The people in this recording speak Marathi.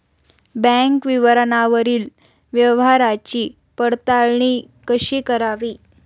बँक विवरणावरील व्यवहाराची पडताळणी कशी करावी?